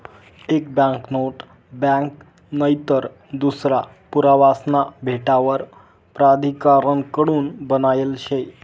एक banknote bank नईतर दूसरा पुरावासना भेटावर प्राधिकारण कडून बनायेल शे